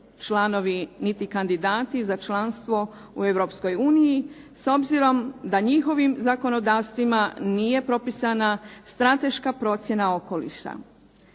članovi niti kandidati za članstvo u Europskoj uniji, s obzirom da njihovim zakonodavstvima nije propisana Strateška procjena okoliša.